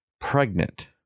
pregnant